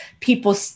people